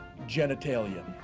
genitalia